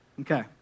Okay